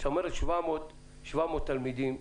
אתה אומר 800-700 תלמידים.